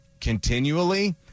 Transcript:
continually